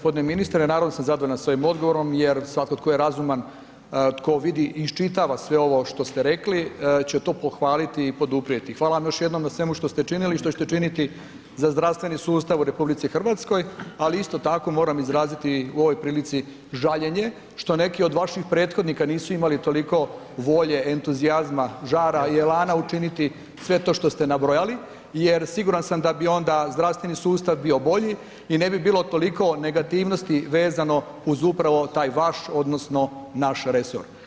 Poštovani g. ministre naravno da sam zadovoljan s ovim odgovorom jer svatko tko je razuman, tko vidi i iščitava sve ovo što ste rekli će to pohvaliti i poduprijeti, hvala vam još jednom na svemu što ste činili i što ćete činiti za zdravstveni sustav u RH, ali isto tako moram izraziti u ovoj prilici žaljenje što neki od vaših prethodnika nisu imali toliko volje, entuzijazma, žara i elana učiniti sve to što ste nabrojali jer siguran sam da bi onda zdravstveni sustav bio bolji i ne bi bilo toliko negativnosti vezano uz upravo taj vaš odnosno naš resor.